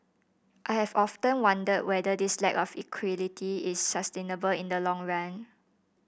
I have often wondered whether this lack of equity is sustainable in the long run